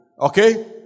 Okay